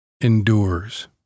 Endures